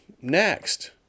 next